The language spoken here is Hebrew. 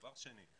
דבר שני.